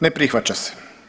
Ne prihvaća se.